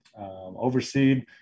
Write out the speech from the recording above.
overseed